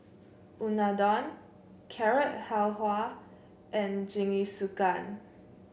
Unadon Carrot Halwa and Jingisukan